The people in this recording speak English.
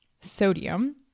sodium